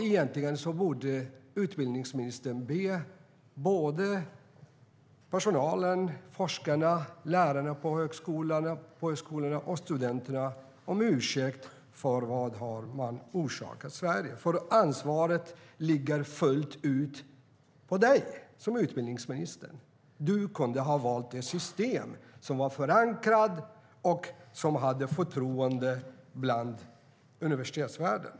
Egentligen borde utbildningsministern be forskarna, lärarna vid högskolorna och studenterna om ursäkt för den skada man orsakat Sverige. Ansvaret ligger fullt ut på Jan Björklund som utbildningsminister. Han kunde ha valt det system som redan var förankrat och hade förtroende i universitetsvärlden.